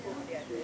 ya